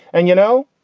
and, you know,